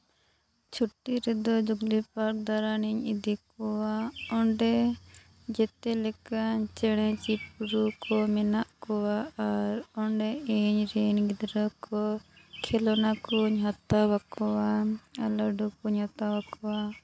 ᱪᱷᱩᱴᱤ ᱨᱮᱫᱚ Jubilee Park ᱫᱟᱲᱟᱱᱮᱧ ᱤᱫᱤ ᱠᱚᱣᱟ ᱚᱸᱰᱮ ᱡᱚᱛᱚ ᱞᱮᱠᱟᱱ ᱪᱮᱬᱮ ᱪᱤᱯᱨᱩ ᱠᱚ ᱢᱮᱱᱟᱜ ᱠᱚᱣᱟ ᱟᱨ ᱚᱸᱰᱮ ᱤᱧ ᱨᱮᱱ ᱜᱤᱫᱽᱨᱟᱹ ᱠᱚ ᱠᱷᱮᱞᱱᱟ ᱠᱚᱧ ᱦᱟᱛᱟᱣ ᱟᱠᱚᱣᱟ ᱟᱨ ᱞᱟᱹᱰᱩ ᱠᱚᱧ ᱦᱟᱛᱟᱣ ᱟᱠᱚᱣᱟ